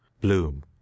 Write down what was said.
Bloom